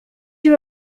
you